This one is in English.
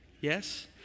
Yes